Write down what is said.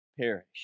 perish